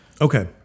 Okay